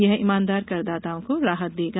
यह इमानदार करदाताओं को राहत देगा